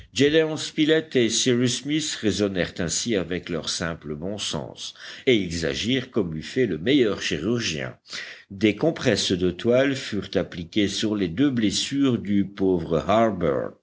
raisonnèrent ainsi avec leur simple bon sens et ils agirent comme eût fait le meilleur chirurgien des compresses de toile furent appliquées sur les deux blessures du pauvre harbert